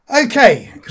okay